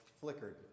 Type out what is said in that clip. flickered